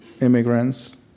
immigrants